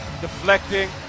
deflecting